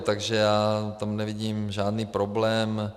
Takže já tam nevidím žádný problém.